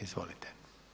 Izvolite.